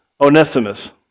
Onesimus